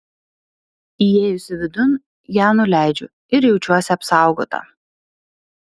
įėjusi vidun ją nuleidžiu ir jaučiuosi apsaugota